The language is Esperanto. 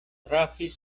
trafis